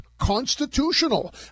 Constitutional